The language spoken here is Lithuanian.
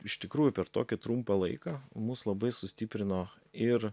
iš tikrųjų per tokį trumpą laiką mus labai sustiprino ir